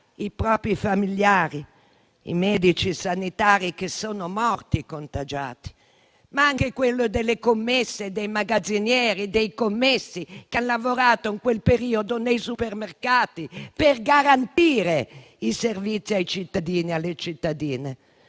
i propri familiari; quello dei medici e dei sanitari che sono morti contagiati, ma anche quello delle commesse, dei magazzinieri e dei commessi, che hanno lavorato in quel periodo nei supermercati per garantire i servizi ai cittadini e alle cittadine.